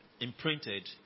imprinted